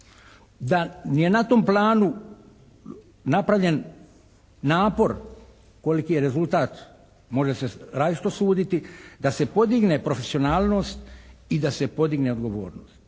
Da je na tom planu napravljen napor, koliki je rezultat može se različito suditi, da se podigne profesionalnost i da se podigne odgovornost.